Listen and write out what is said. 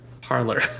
parlor